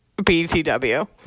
BTW